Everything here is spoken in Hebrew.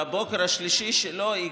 בבוקר השלישי שלו,